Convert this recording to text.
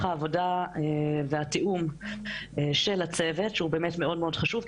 העבודה והתיאום של הצוות שהוא באמת מאוד מאוד חשוב,